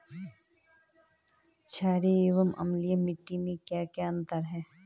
छारीय एवं अम्लीय मिट्टी में क्या क्या अंतर हैं?